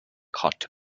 cot